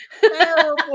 Terrible